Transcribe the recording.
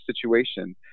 situation